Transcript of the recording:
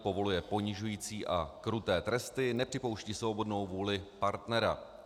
povoluje ponižující a kruté tresty, nepřipouští svobodnou vůli partnera.